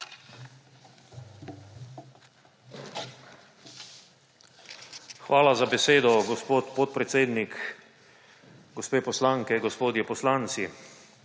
Hvala za besedo, gospod podpredsednik. Gospe poslanke, gospodje poslanci!